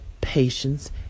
patience